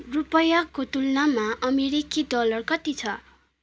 रुपियाँको तुलनामा अमेरिकी डलर कति छ